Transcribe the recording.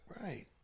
Right